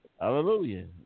Hallelujah